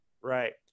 Right